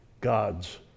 God's